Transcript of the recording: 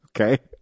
Okay